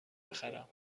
بخرم